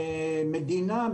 מדינה,